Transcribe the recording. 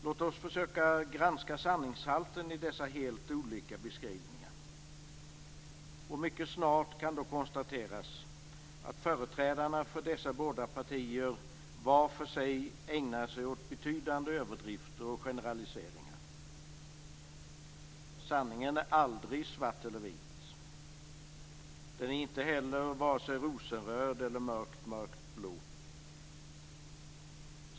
Låt oss försöka granska sanningshalten i dessa helt olika beskrivningar. Mycket snart kan då konstateras att företrädarna för dessa båda partier var för sig ägnar sig åt betydande överdrifter och generaliseringar. Sanningen är aldrig svart eller vit. Den är inte heller vare sig rosenröd eller mörkt, mörkt blå.